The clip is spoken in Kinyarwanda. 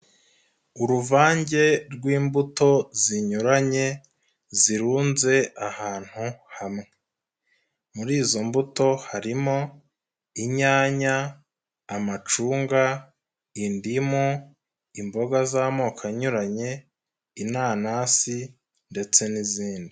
Uruvange rw'imbuto zinyuranye, zirunze ahantu hamwe. Muri izo mbuto harimo; inyanya, amacunga, indimu, imboga z'amoko anyuranye, inanasi ndetse n'izindi.